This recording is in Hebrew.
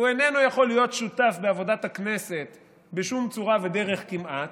הוא איננו יכול להיות שותף בעבודת הכנסת בשום צורה ודרך כמעט,